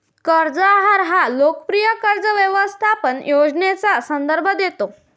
कर्ज आहार हा लोकप्रिय कर्ज व्यवस्थापन योजनेचा संदर्भ देतो